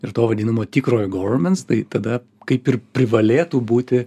ir to vadinamo tikrojo govermens tai tada kaip ir privalėtų būti